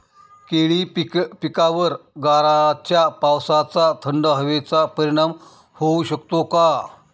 केळी पिकावर गाराच्या पावसाचा, थंड हवेचा परिणाम होऊ शकतो का?